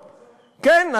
כן,